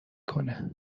کنه